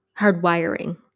hardwiring